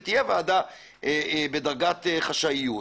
שתהיה ועדה בדרגת חשאיות,